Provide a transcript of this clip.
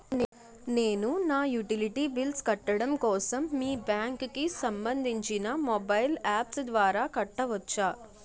నేను నా utility bills కట్టడం కోసం మీ బ్యాంక్ కి సంబందించిన మొబైల్ అప్స్ ద్వారా కట్టవచ్చా?